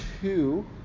two